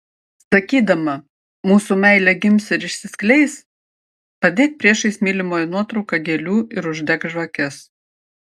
sakydama mūsų meilė gims ir išsiskleis padėk priešais mylimojo nuotrauką gėlių ir uždek žvakes